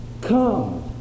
Come